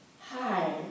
hi